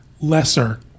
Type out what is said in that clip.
lesser